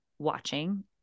watching